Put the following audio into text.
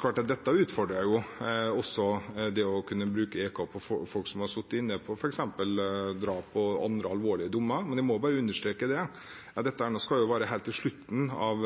klart at dette utfordrer det å kunne bruke EK på folk som har sittet inne for f.eks. drap og med andre alvorlige dommer. Men jeg må understreke at dette skal være helt i slutten av